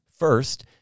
First